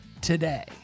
today